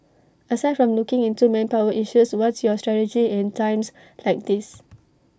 aside from looking into manpower issues what's your strategy in times like these